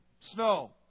Snow